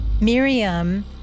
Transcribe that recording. Miriam